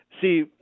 See